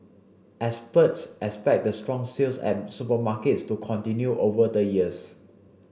experts expect the strong sales at supermarkets to continue over the years